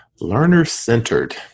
Learner-centered